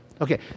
Okay